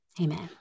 Amen